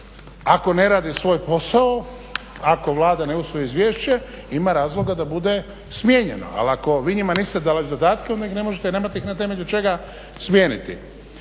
ako ne radi svoj posao, ako Vlada ne usvoji izvješće ima razloga da bude smijenjeno. Ali ako vi njima niste dali zadatke onda ih nemate na temelju čega smijeniti.